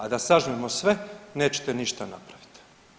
A da sažmemo sve nećete ništa napraviti.